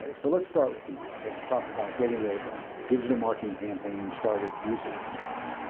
so let's start with emails. let's talk about getting a ah digital marketing campaign started using emails.